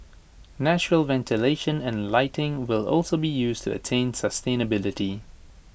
natural ventilation and lighting will also be used to attain sustainability